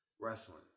wrestling